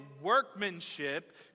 workmanship